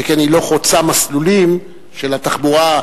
שכן היא לא חוצה מסלולים של התחבורה,